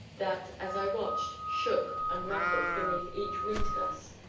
that, as i watched, shook and rattled beneath each wind-gust,